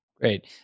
Great